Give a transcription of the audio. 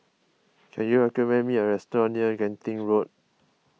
can you recommend me a restaurant near Genting Road